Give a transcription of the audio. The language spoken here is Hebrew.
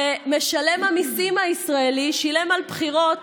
ומשלם המיסים הישראלי שילם על בחירות